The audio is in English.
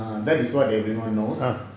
ah that is what everyone knows